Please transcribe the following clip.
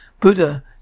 Buddha